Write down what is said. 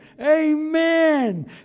Amen